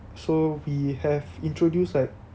so we have introduced like